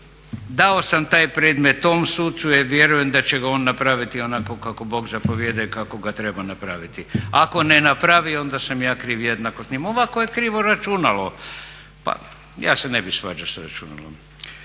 Dao sam taj predmet tom sucu jer vjerujem da će ga napraviti onako kako Bog zapovijeda i kako ga treba napraviti. Ako ne napravi onda sam ja kriv jednako s njim, ovako je krivo računalo. Pa ja se ne bi svađao s računalom.